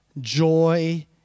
joy